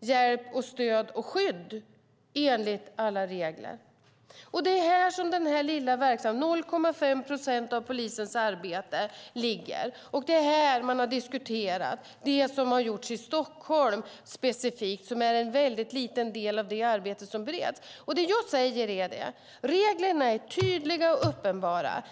hjälp, stöd och skydd enligt alla regler. Det är här som denna lilla verksamhet på 0,5 procent av polisens arbete ligger. Det är här man har diskuterat det som har gjorts i Stockholm specifikt. Det är en mycket liten del av det arbete som bedrevs. Det jag säger är att reglerna är tydliga och uppenbara.